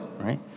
right